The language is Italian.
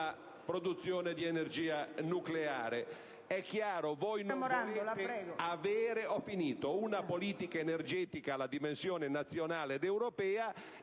produzione di energia nucleare. È chiaro, voi non volete avere una politica energetica a dimensione nazionale ed europea,